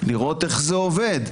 ולראות איך זה עובד.